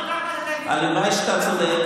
הלוואי שאתה צודק,